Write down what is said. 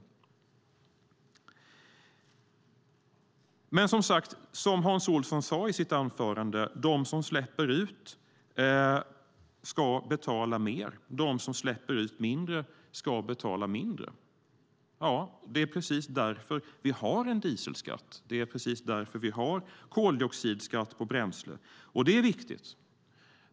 Precis som Hans Olsson sade i sitt anförande ska de som gör större utsläpp betala mer och de som gör mindre utsläpp betala mindre. Det är därför som vi har en dieselskatt, och det är precis därför som vi har en koldioxidskatt på bränsle. Det är viktigt.